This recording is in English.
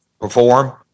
perform